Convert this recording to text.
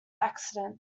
accident